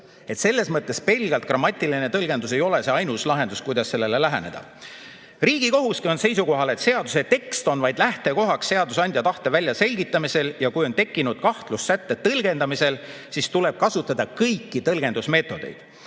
Selles mõttes pelgalt grammatiline tõlgendus ei ole see ainus lahendus, kuidas sellele läheneda. Riigikohus on samuti seisukohal, et seaduse tekst on vaid lähtekohaks seadusandja tahte väljaselgitamisel ja kui on tekkinud kahtlus sätte tõlgendamisel, siis tuleb kasutada kõiki tõlgendusmeetodeid,